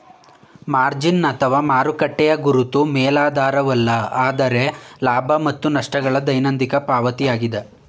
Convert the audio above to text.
margin ಅಥವಾ ಮಾರುಕಟ್ಟೆಯ ಗುರುತು ಮೇಲಾಧಾರವಲ್ಲ ಆದ್ರೆ ಲಾಭ ಮತ್ತು ನಷ್ಟ ಗಳ ದೈನಂದಿನ ಪಾವತಿಯಾಗಿದೆ